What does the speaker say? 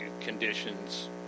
conditions